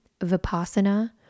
Vipassana